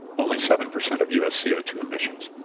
only seven percent of u s. c o two emissions.